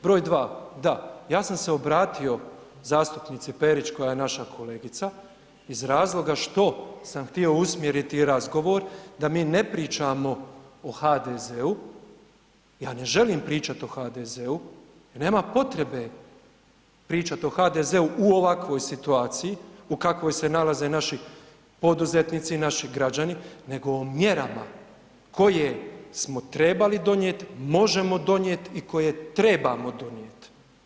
Broj dva, da, ja sam se obratio zastupnici Perić koja je naša kolegica iz razloga što sam htio usmjeriti razgovor da mi ne pričamo o HDZ-u, ja ne želim pričat o HDZ-u jer nema potrebe pričat o HDZ-u u ovakvoj situaciji u kakvoj se nalaze naši poduzetnici i naši građani, nego o mjerama koje smo trebali donijet, možemo donijet i koje trebamo donijet.